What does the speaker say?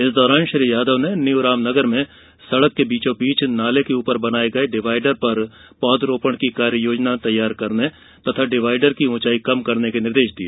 इस दौरान श्री यादव ने न्यू रामनगर में सड़क के बीचों बीच नाले के ऊपर बनाये गए डिवाइडर पर पौधा रोपण की कार्ययोजना तैयार करने तथा डिवाइडर की ऊंचाई कम करने के निर्देश दिए